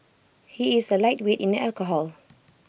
he is A lightweight in alcohol